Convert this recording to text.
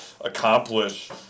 accomplish